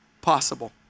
possible